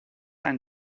ein